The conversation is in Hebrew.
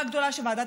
א.